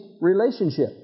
relationship